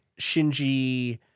Shinji